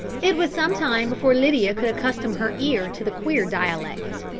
it was some time before lydia could accustom her ear to the queer dialect.